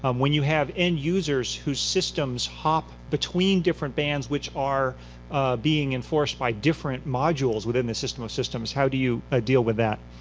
um when you have end users whose systems hop between different bands which are being enforced by different modules within the system of systems, how do you ah deal with that?